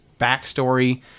backstory